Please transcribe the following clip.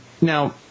Now